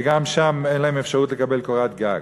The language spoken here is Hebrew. וגם שם אין להם אפשרות לקבל קורת גג.